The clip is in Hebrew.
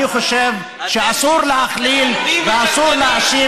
אני חושב שאסור להכליל ואסור להאשים